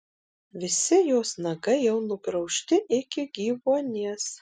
visi jos nagai jau nugraužti iki gyvuonies